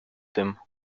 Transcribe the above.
them